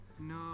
No